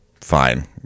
Fine